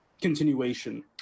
continuation